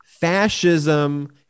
fascism